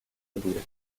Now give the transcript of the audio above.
louée